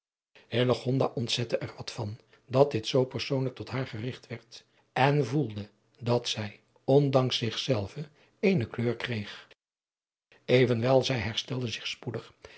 ontzette er wat van dat dit zoo persoonlijk tot haar gerigt werd en voelde dat zij ondanks zic elve eene kleur kreeg evenwel zij herstelde zich spoedig